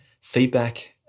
feedback